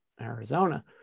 Arizona